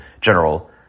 general